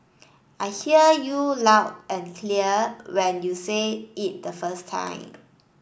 I hear you loud and clear when you say it the first time